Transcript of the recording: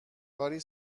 کاری